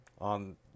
on